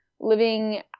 living